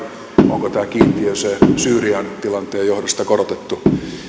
onko tämä kiintiö se syyrian tilanteen johdosta korotettu